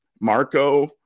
Marco